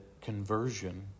conversion